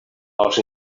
els